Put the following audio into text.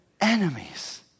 enemies